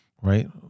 right